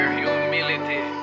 humility